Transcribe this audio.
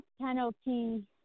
penalty